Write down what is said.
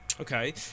Okay